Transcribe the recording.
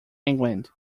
england